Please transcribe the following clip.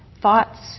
thoughts